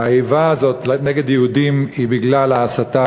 האיבה הזאת נגד יהודים היא בגלל ההסתה